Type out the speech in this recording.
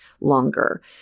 longer